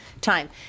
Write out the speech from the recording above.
time